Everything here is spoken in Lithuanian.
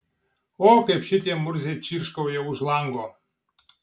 o kaip šitie murziai čirškauja už lango